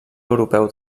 europeu